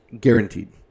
guaranteed